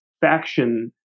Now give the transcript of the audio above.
faction